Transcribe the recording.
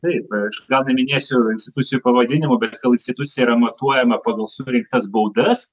taip aš gal neminėsiu institucijų pavadinimų bet kai institucija yra matuojama pagal surinktas baudas